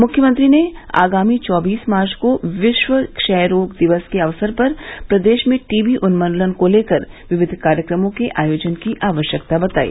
मुख्यमंत्री ने आगामी चौबीस मार्च को विश्व क्षय रोग दिवस के अवसर पर प्रदेश में टीबी उन्मूलन को लेकर विविध कार्यक्रमों के आयोजन की आवश्यकता जताई